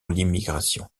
l’immigration